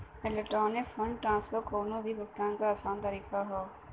electronic fund transfer कउनो भी भुगतान क आसान तरीका हौ